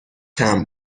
طعم